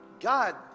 God